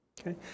Okay